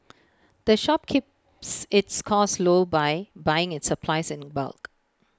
the shop keeps its costs low by buying its supplies in bulk